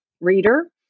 reader